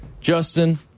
Justin